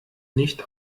nicht